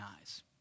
eyes